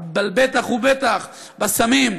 אבל בטח ובטח בסמים,